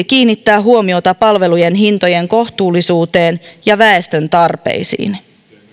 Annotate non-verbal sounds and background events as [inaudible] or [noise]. [unintelligible] kiinnittää huomiota palvelujen hintojen kohtuullisuuteen ja väestön tarpeisiin